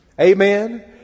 Amen